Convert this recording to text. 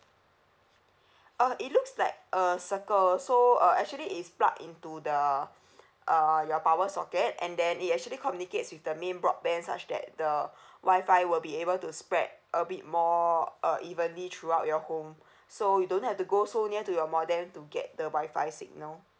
uh it looks like a circle so uh actually it's plugged into the uh your power socket and then it actually communicates with the main broadband such that the wi-fi will be able to spread a bit more uh evenly throughout your home so you don't have to go so near to your modem to get the wi-fi signal